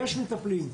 יש מטפלים.